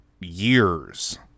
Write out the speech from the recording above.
years